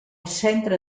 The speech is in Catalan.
centre